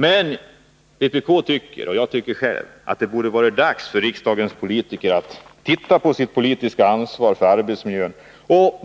Men jag och vpk tycker att det nu är dags för riksdagens politiker att ta sitt politiska ansvar för arbetsmiljön och